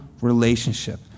relationship